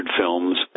films